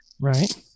Right